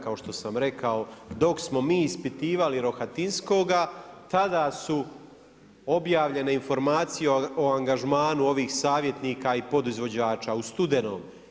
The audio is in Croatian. Kao što sam rekao, dok smo mi ispitivali Rohatinskog, tada su objavljene informacije o angažmanu ovih savjetnika i podizvođača, u studenom.